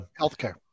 healthcare